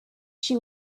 she